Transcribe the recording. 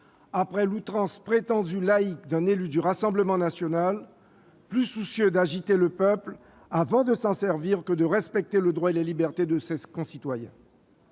après l'outrance prétendue laïque d'un élu du Rassemblement national, plus soucieux d'agiter le peuple avant de s'en servir que de respecter le droit et les libertés de ses concitoyens.